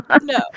No